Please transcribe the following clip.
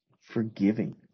forgiving